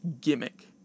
gimmick